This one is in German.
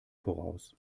voraus